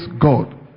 God